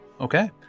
Okay